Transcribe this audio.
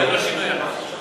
אדוני היושב-ראש,